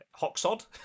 Hoxod